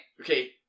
Okay